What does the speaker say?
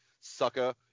sucker